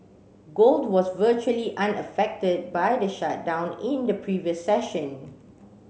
gold was virtually unaffected by the shutdown in the previous session